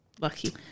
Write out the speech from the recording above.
Lucky